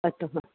अतः